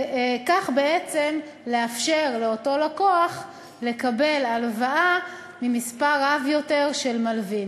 וכך בעצם לאפשר לאותו לקוח לקבל הלוואה ממספר רב יותר של מלווים.